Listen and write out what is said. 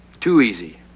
too easy.